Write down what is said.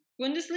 Bundesliga